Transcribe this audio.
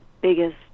biggest